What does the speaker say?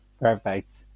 perfect